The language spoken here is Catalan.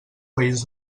país